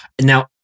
Now